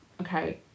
okay